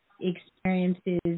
experiences